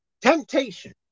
Temptation